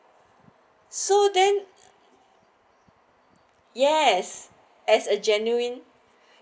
so than yes as a jenewing